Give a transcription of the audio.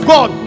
God